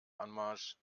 anmarsch